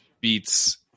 Beats